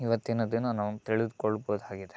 ಇವತ್ತಿನ ದಿನ ನಾವು ತಿಳಿದ್ಕೊಳ್ಬಹುದಾಗಿದೆ